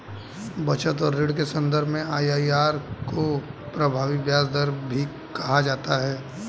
बचत और ऋण के सन्दर्भ में आई.आई.आर को प्रभावी ब्याज दर भी कहा जाता है